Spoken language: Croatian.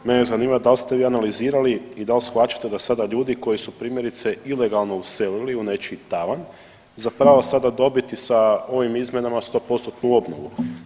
Mene zanima dal ste vi analizirali i dal shvaćate da sada ljudi koji su primjerice ilegalno uselili u nečiji tavan zapravo sada dobiti sa ovim izmjenama 100%-tnu obnovu?